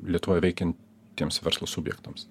lietuvoj veikiantiems verslo subjektams